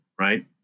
right